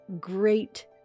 great